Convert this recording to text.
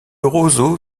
roseau